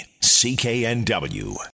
CKNW